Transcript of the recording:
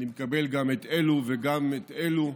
אני מקבל גם את אלו וגם את אלו.